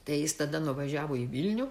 tai jis tada nuvažiavo į vilnių